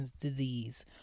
disease